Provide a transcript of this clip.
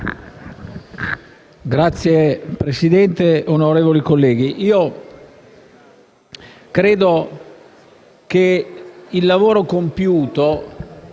Signor Presidente, onorevoli colleghi, credo che il lavoro compiuto